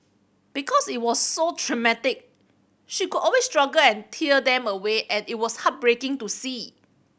because it was so traumatic she would always struggle and tear them away and it was heartbreaking to see